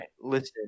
listen